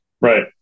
right